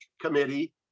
committee